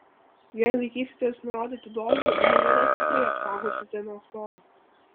jei laikysitės nurodytų dozių gleivines tikrai apsaugosite nuo chloro